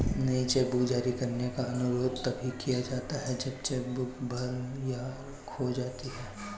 नई चेकबुक जारी करने का अनुरोध तभी किया जाता है जब चेक बुक भर या खो जाती है